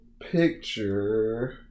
picture